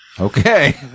Okay